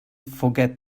forget